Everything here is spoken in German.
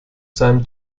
seinem